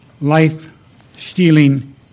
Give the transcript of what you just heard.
life-stealing